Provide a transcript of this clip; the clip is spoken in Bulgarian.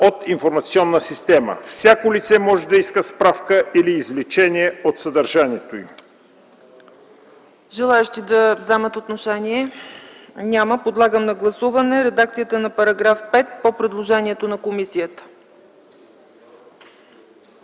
от информационна система. Всяко лице може да иска справка или извлечение от съдържанието им.”